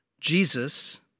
Jesus